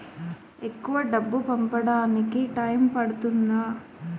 ఎక్కువ డబ్బు పంపడానికి టైం పడుతుందా?